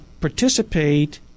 participate